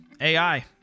AI